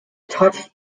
touch